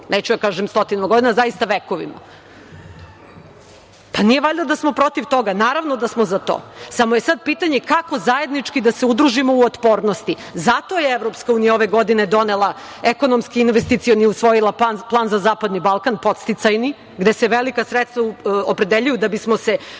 Neću da kažem stotinama godina, zaista vekovima. Pa, nije valjda da smo protiv toga? Naravno da smo za to. Samo je sada pitanje kako zajednički da se udružimo u otpornosti. Zato je EU ove godine donela ekonomski investicioni i usvojila podsticajni plan za zapadni Balkan, gde se velika sredstva opredeljuju da bismo se